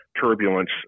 turbulence